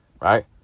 right